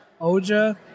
Oja